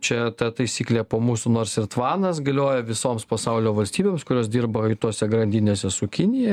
čia ta taisyklė po mūsų nors ir tvanas galioja visoms pasaulio valstybėms kurios dirba tose grandinėse su kinija